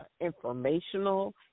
informational